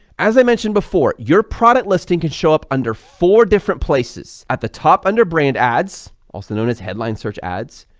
as i mentioned before, your product listing can show up under four different places at the top under brand ads also known as headline, search ads,